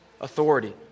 authority